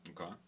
Okay